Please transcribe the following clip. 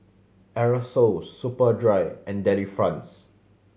Aerosoles Superdry and Delifrance